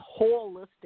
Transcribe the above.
holistic